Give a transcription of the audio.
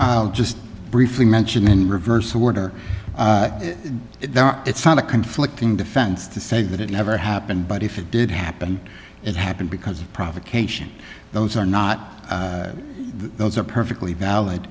i'll just briefly mention in reverse order if it's not a conflicting defense to say that it never happened but if it did happen it happened because of provocation those are not those are perfectly valid